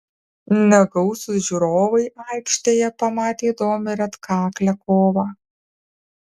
negausūs žiūrovai aikštėje pamatė įdomią ir atkaklią kovą